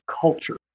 culture